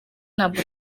ntabwo